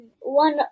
one